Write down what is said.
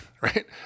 right